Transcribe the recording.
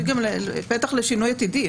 פתח לשינוי עתידי.